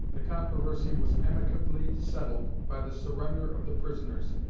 the controversy was amicably settled by the surrender of the prisoners,